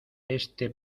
este